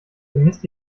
vermisst